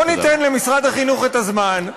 בוא ניתן למשרד החינוך את הזמן,